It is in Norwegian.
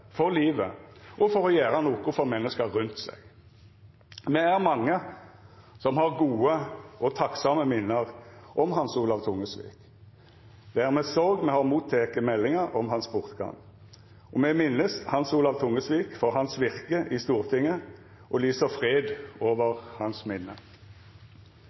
for livet og for å gjera noko for menneska rundt seg. Me er mange som har gode og takksame minne om Hans Olav Tungesvik. Det er med sorg me har motteke meldinga om hans bortgang. Me minnest Hans Olav Tungesvik for hans virke i Stortinget og lyser fred over hans minne.